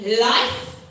life